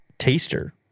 taster